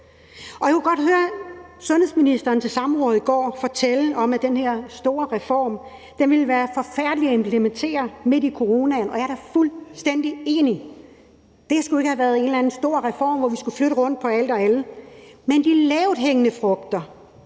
Jeg kunne godt høre, at sundhedsministeren til samrådet i går fortalte om, at den her store reform ville være forfærdelig at implementere midt i coronaen, og jeg er da fuldstændig enig. Det skulle ikke have været en eller anden stor reform, hvor vi skulle flytte rundt på alt og alle, men de lavthængende frugter,